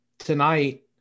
tonight